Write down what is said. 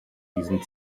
diesem